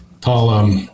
Paul